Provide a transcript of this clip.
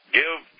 give